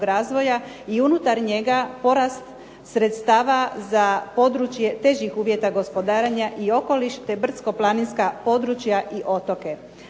razvoja i unutar njega porast sredstava za područje težih uvjeta gospodarenja i okoliš, te brdsko-planinska područja i otoke.